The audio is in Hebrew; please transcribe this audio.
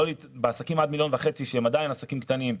בעסקים עד מיליון וחצי שהם עדיין עסקים קטנים,